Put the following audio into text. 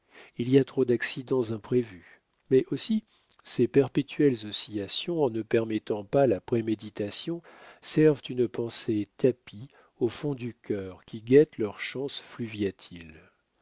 il y a trop d'accidents imprévus mais aussi ces perpétuelles oscillations en ne permettant pas la préméditation servent une pensée tapie au fond du cœur qui guette leurs chances